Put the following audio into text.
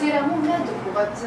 tiriamų medikų vat